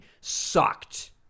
sucked